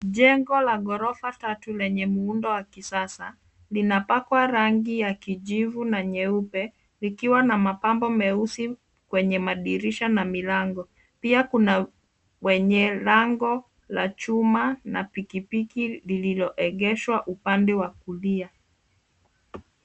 Jengo la ghorofa tatu lenye muundo wa kisasa linapakwa rangi ya kijivu na nyeupe likiwa na mapambo meusi kwenye madirisha na milango, pia kuna wenye lango la chuma na pikipiki lililoegeshwa upande wa kulia.